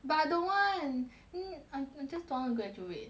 but I don't want I just don't want to graduate